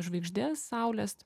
žvaigždės saulės